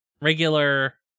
Regular